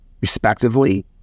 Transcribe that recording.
respectively